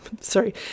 Sorry